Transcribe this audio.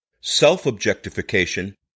self-objectification